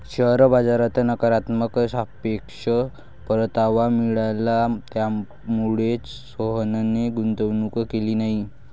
share बाजारात नकारात्मक सापेक्ष परतावा मिळाला, त्यामुळेच सोहनने गुंतवणूक केली नाही